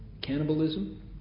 cannibalism